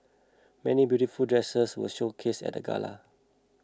many beautiful dresses were showcased at the gala